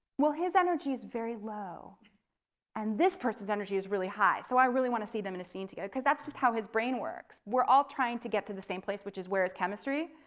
well, his energy is very low and this person's energy is really high, so i really want to see them in a scene together. because that's just how his brain works. we're all trying to get to the same place, which is where is chemistry,